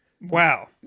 Wow